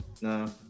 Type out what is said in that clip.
No